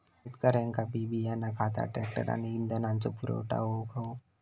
शेतकऱ्यांका बी बियाणा खता ट्रॅक्टर आणि इंधनाचो पुरवठा होऊक हवो